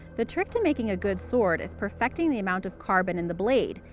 the trick to making a good sword is perfecting the amount of carbon in the blade.